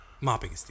Mopping